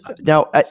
Now